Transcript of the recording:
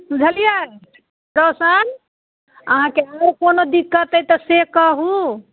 बुझलियै कौशल आहाँकेँ आओर कोनो दिक्कत अइ तऽ से कहू